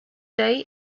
day